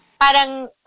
parang